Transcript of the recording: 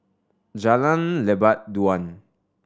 Jalan Lebat Daun